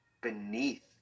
beneath